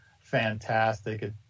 fantastic